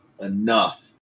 enough